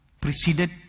preceded